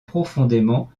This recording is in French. profondément